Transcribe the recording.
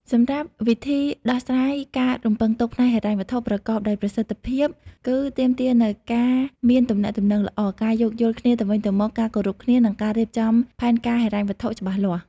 សម្រាប់វិធីដោះស្រាយការរំពឹងទុកផ្នែកហិរញ្ញវត្ថុប្រកបដោយប្រសិទ្ធភាពគឺ ទាមទារនូវការមានទំនាក់ទំនងល្អ ការយោគយល់គ្នាទៅវិញទៅមក ការគោរពគ្នា និងការរៀបចំផែនការហិរញ្ញវត្ថុច្បាស់លាស់។